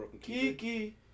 Kiki